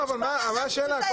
מה השאלה?